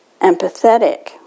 empathetic